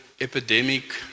epidemic